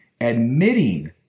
admitting